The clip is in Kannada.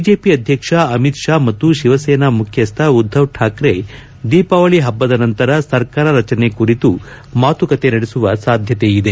ಬಿಜೆಪಿ ಅಧ್ಯಕ್ಷ ಅಮಿತ್ ಶಾ ಮತ್ತು ಶಿವಸೇನಾ ಮುಖ್ಯಸ್ನ ಉದ್ಲವ್ ಶಾಕ್ರೆ ಅವರು ದೀಪಾವಳಿ ಹಬ್ಲದ ನಂತರ ಸರಕಾರ ರಚನೆ ಕುರಿತು ಮಾತುಕತೆ ನಡೆಸುವ ಸಾಧ್ಯತೆಯಿದೆ